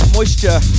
Moisture